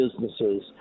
businesses